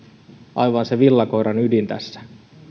aivan se villakoiran ydin tässä